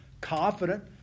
confident